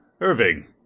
Irving